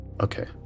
Okay